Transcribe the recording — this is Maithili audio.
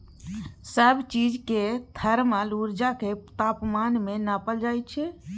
सब चीज केर थर्मल उर्जा केँ तापमान मे नाँपल जाइ छै